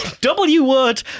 W-word